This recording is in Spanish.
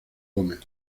gómez